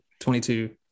22